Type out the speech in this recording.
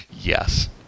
Yes